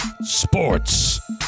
Sports